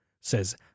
says